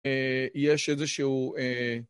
‫יש איזשהו...